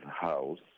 house